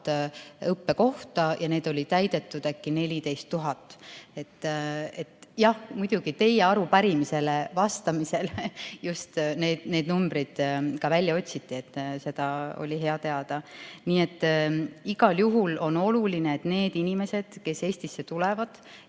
õppekohta ja neist oli täidetud äkki 14 000. Jah, muidugi, teie arupärimisele vastamiseks just need numbrid ka välja otsiti, seda oli hea teada. Nii et igal juhul on oluline, et need inimesed, kes Eestisse tulevad,